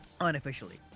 Unofficially